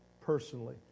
personally